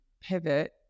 pivot